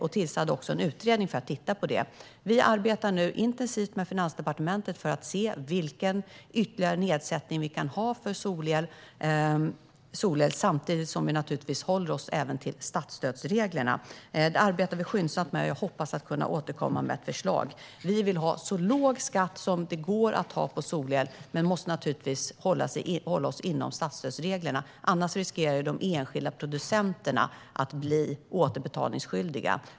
Därför tillsatte vi en utredning som skulle titta på det. På Finansdepartementet arbetar vi nu intensivt för att se vilken ytterligare nedsättning som kan göras för solel samtidigt som vi naturligtvis även håller oss till statsstödsreglerna. Detta arbetar vi skyndsamt med, och jag hoppas att jag kan återkomma med ett förslag. Vi vill ha så låg skatt som möjligt på solel men måste självfallet hålla oss inom statsstödsreglerna. Annars riskerar de enskilda producenterna att bli återbetalningsskyldiga.